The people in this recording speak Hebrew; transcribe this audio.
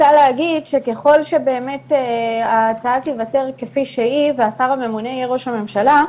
ככל שההצעה תיוותר כפי שהיא והשר הממונה יהיה ראש הממשלה,